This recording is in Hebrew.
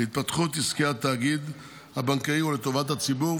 להתפתחות עסקי התאגיד הבנקאי ולטובת הציבור,